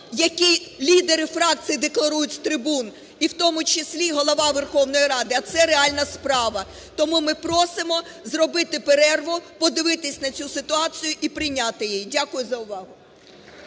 який лідери фракцій декларують з трибун і в тому числі Голова Верховної Ради, а це реальна справа. Тому ми просимо зробити перерву, подивитися на цю ситуацію і прийняти її. Дякую за увагу.